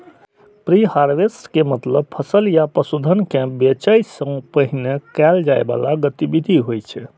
preharvest के मतलब फसल या पशुधन कें बेचै सं पहिने कैल जाइ बला गतिविधि होइ छै